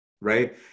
right